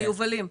ביובלים.